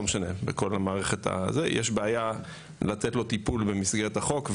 בכל המערכת יש בעיה לתת לו טיפול במסגרת החוק,